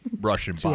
Russian